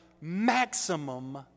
maximum